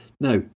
Now